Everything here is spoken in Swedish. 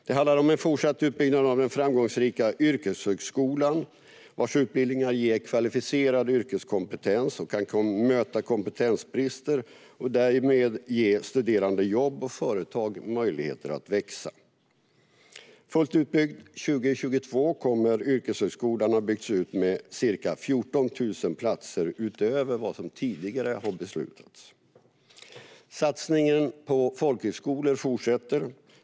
Det handlar om en fortsatt utbyggnad av den framgångsrika yrkeshögskolan vars utbildningar ger kvalificerad yrkeskompetens och kan möta kompetensbrister, vilket därmed ger studerande jobb och företag möjligheter att växa. Fullt utbyggd 2022 kommer yrkeshögskolan att ha utökats med ca 14 000 platser utöver vad som tidigare har beslutats. Satsningen på folkhögskolor fortsätter.